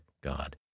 God